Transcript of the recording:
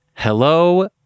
Hello